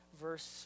verse